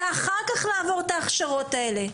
ואחר כך לעבור את ההכשרות האלה.